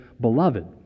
beloved